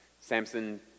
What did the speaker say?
Samson